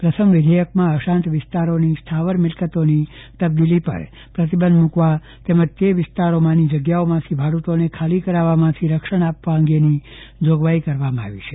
પ્રથમ વિદેયકમાં અશાંત વિસ્તારોમાંની સ્થાવર મિલકતોની તબદીલી પર પ્રતિબંધ મુકવા તેમજ તે વિસ્તારોમાંની જગ્યાઓમાંથી ભાડુતોને ખાલી કરાવવામાંથી રક્ષણ આપવા અંગેની જોગવાઇ કરવામાં આવી છે